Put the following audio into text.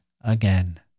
again